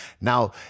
Now